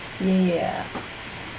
Yes